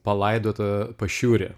palaidota pašiūrė